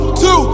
two